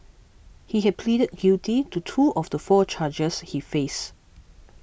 he had pleaded guilty to two of the four charges he faced